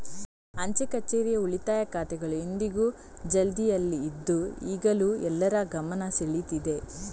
ಅಂಚೆ ಕಛೇರಿಯ ಉಳಿತಾಯ ಖಾತೆಗಳು ಇಂದಿಗೂ ಚಾಲ್ತಿಯಲ್ಲಿ ಇದ್ದು ಈಗಲೂ ಎಲ್ಲರ ಗಮನ ಸೆಳೀತಿದೆ